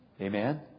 Amen